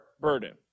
burden